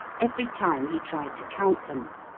every time he tried to count them.